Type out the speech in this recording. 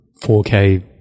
4K